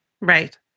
Right